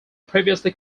previously